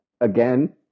again